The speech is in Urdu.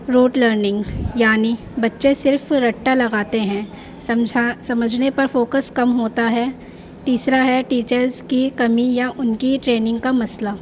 روڈ لرننگ یعنی بچے صرف رٹٹا لگاتے ہیں سمجھ سمجھنے پر فوکس کم ہوتا ہے تیسرا ہے ٹیچرس کی کمی یا ان کی ٹننگ کا مسئلہ